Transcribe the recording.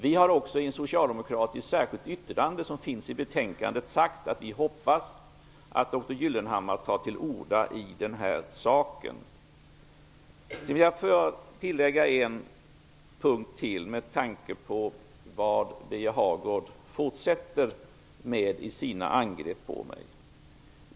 Vi har i ett socialdemokratiskt särskilt yttrande vid betänkandet uttalat att vi hoppas att dr Gyllenhammar tar till orda i denna sak. Jag vill lägga till ytterligare en punkt med tanke på vad Birger Hagård säger i sina fortsatta angrepp på mig.